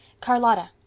Carlotta